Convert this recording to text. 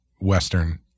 Western